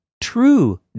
true